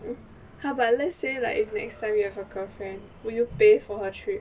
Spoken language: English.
!huh! but let's say like if next time you have a girlfriend will you pay for her trip